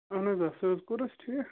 اَہَن حظ آ سُہ حظ کوٚر اَسہِ ٹھیٖک